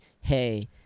Hey